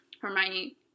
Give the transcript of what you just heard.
Hermione